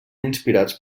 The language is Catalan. inspirats